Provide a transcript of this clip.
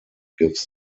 gives